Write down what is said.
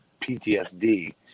PTSD